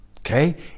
okay